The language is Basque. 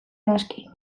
naski